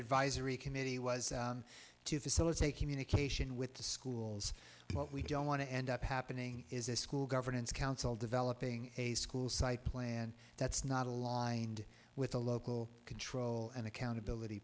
advisory committee was to facilitate communication with the schools what we don't want to end up happening is a school governance council developing a school site plan that's not a line with the local control and accountability